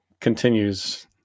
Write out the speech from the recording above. continues